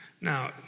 Now